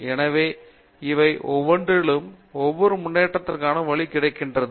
எனவே இவை ஒவ்வொன்ற்றிலும் ஒவ்வொரு முன்னேற்றத்திற்கான வழி உள்ளது